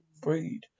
breed